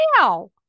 Wow